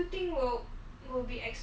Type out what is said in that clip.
dodo birds already extinct